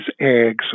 eggs